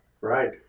Right